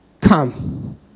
come